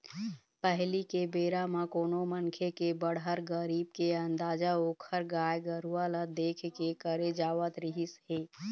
पहिली के बेरा म कोनो मनखे के बड़हर, गरीब के अंदाजा ओखर गाय गरूवा ल देख के करे जावत रिहिस हे